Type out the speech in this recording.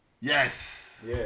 Yes